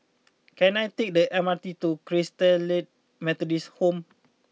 can I take the M R T to Christalite Methodist Home